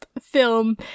film